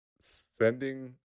sending